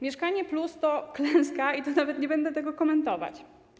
Mieszkanie+” to klęska i nawet nie będę tego komentować.